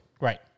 Right